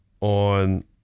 on